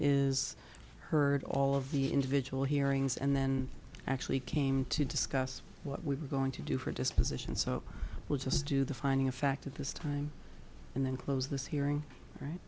is heard all of the individual hearings and then actually came to discuss what we were going to do for disposition so we'll just do the finding of fact at this time and then close this hearing right